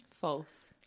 False